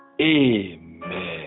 Amen